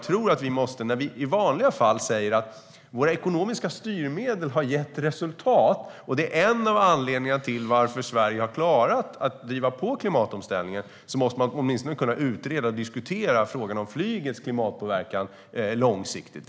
När vi i vanliga fall säger att våra ekonomiska styrmedel har gett resultat och att det är en av anledningarna till att Sverige har klarat att driva på klimatomställningen måste man åtminstone kunna utreda och diskutera frågan om flygets klimatpåverkan långsiktigt.